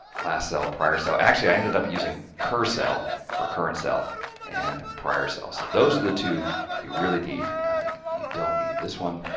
last cell, prior cell. so actually i ended up using curr cell for current cell and prior cell. so, those are the two you really need you don't need this one,